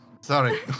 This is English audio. Sorry